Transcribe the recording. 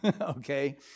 okay